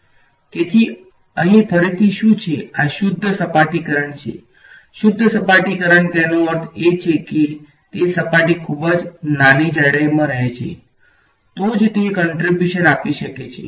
તેથી અહીં ફરીથી શું છે આ શુદ્ધ સપાટી કરંટ છે શુદ્ધ સપાટી કરંટ તેનો અર્થ એ છે કે તે સપાટી ખુબ જ નાની જાડાઈમાં રહે છે તો જ તે કંટ્રીબ્યુશન આપી શકે છે